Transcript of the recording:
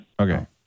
Okay